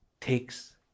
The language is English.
takes